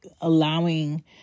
allowing